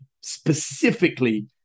specifically